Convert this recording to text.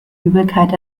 übelkeit